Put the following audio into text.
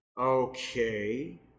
Okay